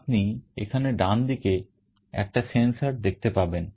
আপনি এখানে ডানদিকে একটা sensor দেখতে পাবেন